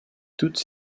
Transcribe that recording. toutes